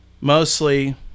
mostly